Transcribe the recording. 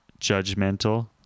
judgmental